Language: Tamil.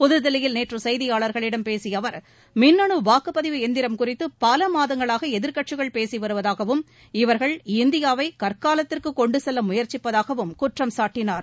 புதுதில்லியில் நேற்று செய்தியாளர்களிடம் பேசிய அவர் மின்னனு வாக்குப்பதிவு எந்திரம் குறித்து பல மாதங்களாக எதிர்க்கட்சிகள் பேசி வருவதாகவும் இவர்கள் இந்தியாவை கற்காலத்திற்கு கொண்டு செல்ல முயற்சிப்பதாகவும் குற்றம் சாட்டினார்